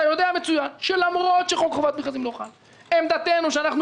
אתה יודע מצוין שלמרות שחוק חובת מכרזים לא חל עמדתנו היא שאנחנו